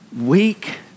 weak